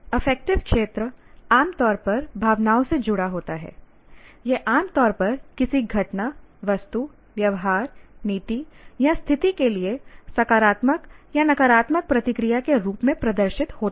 affective क्षेत्र आमतौर पर भावनाओं से जुड़ा होता है यह आमतौर पर किसी घटना वस्तु व्यवहार नीति या स्थिति के लिए सकारात्मक या नकारात्मक प्रतिक्रिया के रूप में प्रदर्शित होता है